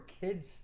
kids